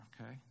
okay